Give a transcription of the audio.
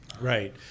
Right